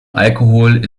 alkohol